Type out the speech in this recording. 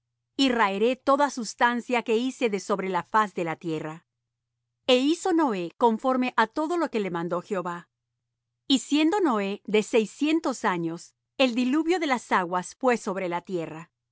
noches y raeré toda sustancia que hice de sobre la faz de la tierra e hizo noé conforme á todo lo que le mandó jehová y siendo noé de seiscientos años el diluvio de las aguas fué sobre la tierra